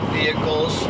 vehicles